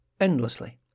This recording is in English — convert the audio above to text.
endlessly